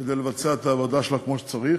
כדי לבצע את העבודה שלה כמו שצריך.